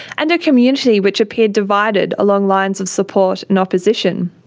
and a community which appeared divided along lines of support and opposition.